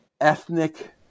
ethnic